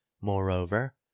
moreover